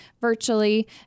virtually